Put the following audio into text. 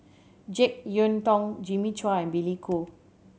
Jek Yeun Thong Jimmy Chua and Billy Koh